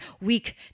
weak